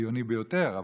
הציוני ביותר,